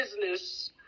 business